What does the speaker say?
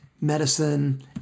medicine